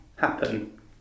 happen